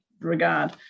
regard